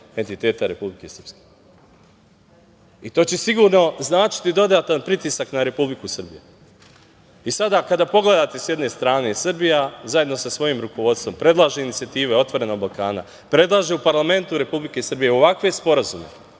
entiteta Republike Srpske. To će sigurno značiti dodatan pritisak na Republiku Srbiju i sada kada pogledate sa jedne strane, Srbija zajedno sa svojim rukovodstvom predlaže inicijative otvorenog Balkana, predlaže u parlamentu Republike Srbije ovakve sporazume